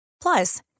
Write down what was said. plus